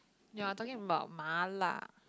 ya talking about Mala